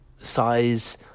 size